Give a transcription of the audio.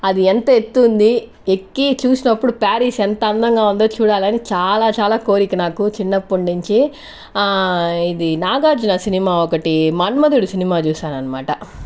అది ఎంత ఎత్తు ఉంది ఎక్కి చూసినప్పుడు ప్యారిస్ ఎంత అందంగా ఉందో చూడాలని చాలా చాలా కోరిక నాకు చిన్నప్పటి నుంచి ఇది నాగార్జున సినిమా ఒకటి మన్మథుడు సినిమా చూశాననమాట